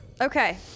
Okay